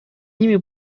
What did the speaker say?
ними